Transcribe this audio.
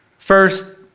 first,